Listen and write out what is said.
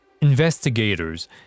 Investigators